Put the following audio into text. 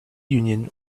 union